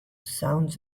sounds